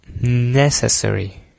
necessary